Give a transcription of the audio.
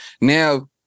Now